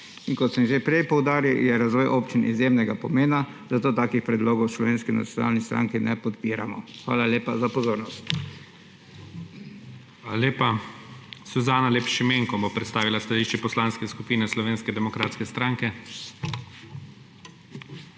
Kot sem že prej poudaril, je razvoj občin izjemnega pomena, zato takih predlogov v Slovenski nacionalni stranki ne podpiramo. Hvala lepa za pozornost. PREDSEDNIK IGOR ZORČIČ: Hvala lepa. Suzana Lep Šimenko bo predstavila stališče Poslanske skupine Slovenske demokratske stranke.